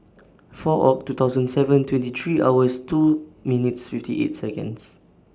four Oct two thousand and seven twenty three hours two minutes fifty eight Seconds